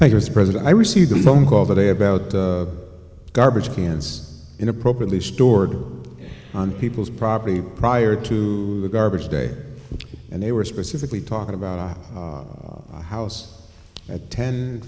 us president i received a phone call today about the garbage cans inappropriately stored on people's property prior to the garbage day and they were specifically talking about a house at ten